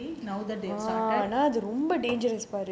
now that they have started